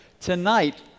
Tonight